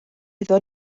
iddo